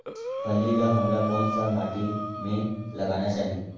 फल्ली ल हमला कौन सा माटी मे लगाना चाही?